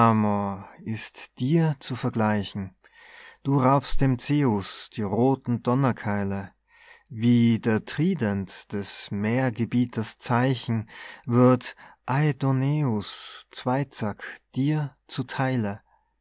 ist dir zu vergleichen du raubst dem zeus die rothen donnerkeile wie der trident des meergebieters zeichen wird adoneus zweizack dir zu theile